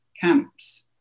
camps